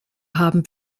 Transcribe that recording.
haben